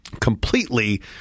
completely